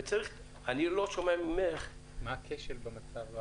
ואני לא שומע ממך -- מה הכשל במצב?